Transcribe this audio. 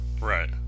Right